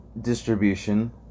distribution